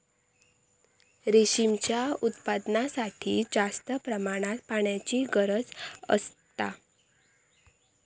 रेशीमच्या उत्पादनासाठी जास्त प्रमाणात पाण्याची गरज असता